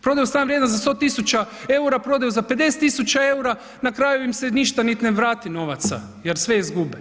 Prodaju, stan vrijednosti za 100 tisuća eura prodaju za 50 tisuća eura na kraju im se ništa niti ne vrati novaca jer sve izgube.